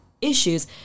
issues